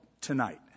tonight